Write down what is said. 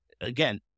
again